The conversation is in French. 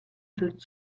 sept